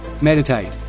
Meditate